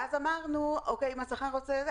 ואז אמרנו: אוקיי, אם הצרכן את זה.